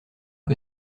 que